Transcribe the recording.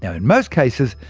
in most cases,